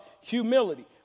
humility